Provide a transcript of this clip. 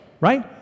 right